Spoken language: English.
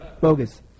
Bogus